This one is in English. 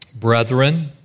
Brethren